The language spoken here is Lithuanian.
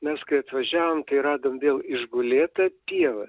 mes kai atvažiavom tai radom vėl išgulėtą pievą